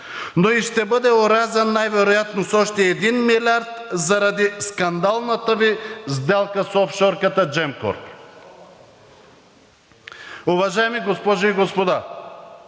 но и ще бъде орязан най-вероятно с още един милиард заради скандалната Ви сделка с офшорката Gemcorp. Уважаеми госпожи и господа!